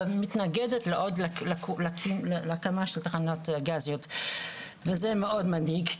ומתנגדת להקמה של עוד תחנות גזיות וזה מאוד מדאיג.